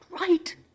right